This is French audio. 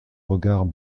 regards